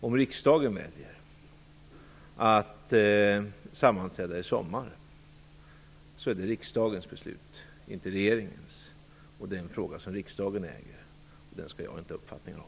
Om riksdagen väljer att sammanträda i sommar, så är det riksdagens beslut, inte regeringens. Det är en fråga som riksdagen äger. Den skall jag inte ha uppfattningar om.